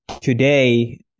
today